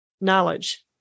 knowledge